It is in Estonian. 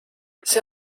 see